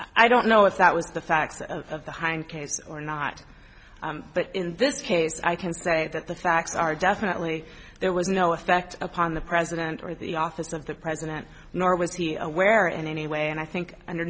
i don't know if that was the facts of the hind case or not but in this case i can say that the facts are definitely there was no effect upon the president or the office of the president nor was he aware in any way and i think under